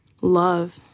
love